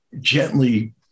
gently